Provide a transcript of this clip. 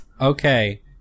Okay